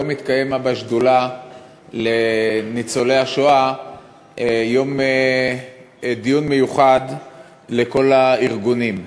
היום התקיים בשדולה למען ניצולי השואה דיון מיוחד לכל הארגונים.